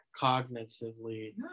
cognitively